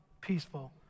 peaceful